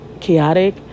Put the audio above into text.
chaotic